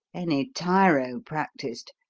any tyro practised.